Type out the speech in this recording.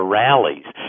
rallies